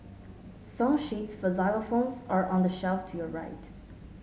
song sheets for xylophones are on the shelf to your right